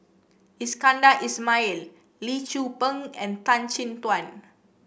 Iskandar Ismail Lee Tzu Pheng and Tan Chin Tuan